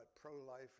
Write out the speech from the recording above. pro-life